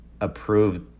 approved